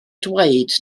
dweud